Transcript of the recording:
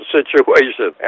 situation